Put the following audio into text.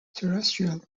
terrestrial